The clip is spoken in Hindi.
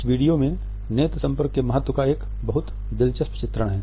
इस वीडियो में नेत्र संपर्क के महत्व का एक बहुत दिलचस्प चित्रण है